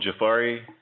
Jafari